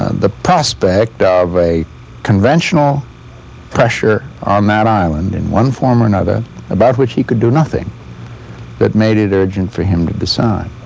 ah the prospect of a conventional pressure on that island in one form or another about which he could do nothing that made it urgent for him to decide.